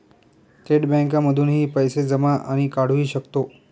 थेट बँकांमधूनही पैसे जमा आणि काढुहि शकतो